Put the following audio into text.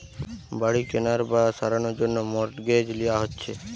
বাড়ি কেনার বা সারানোর জন্যে মর্টগেজ লিয়া হচ্ছে